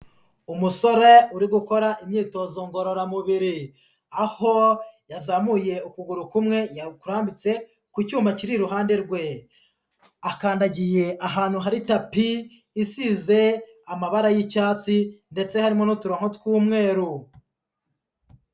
Umusore uri gukora imyitozo ngororamubiri, aho yazamuye ukuguru kumwe yakurambitse ku cyuma kiri iruhande rwe, akandagiye ahantu hari tapi isize amabara y'icyatsi ndetse harimo n'uturongo tw'umweru.